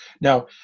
Now